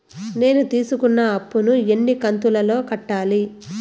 నేను తీసుకున్న అప్పు ను ఎన్ని కంతులలో కట్టాలి?